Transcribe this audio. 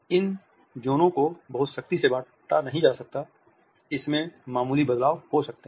इन ज़ोनों को बहुत सख्ती से बाँटा नहीं किया जाता है इसमें मामूली बदलाव हो सकते हैं